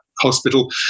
hospital